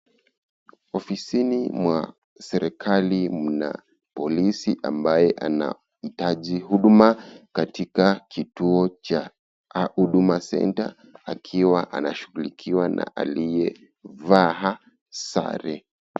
Ofisini mwa serikali mna polisi ambaye anahitaji huduma katika kituo cha huduma center akiwa anashughulikiwa na aliyevaa sare.